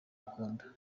akunda